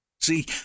See